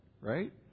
Right